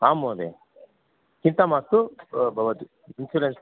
आं महोदया चिन्ता मास्तु भवतु इन्शुरेन्स्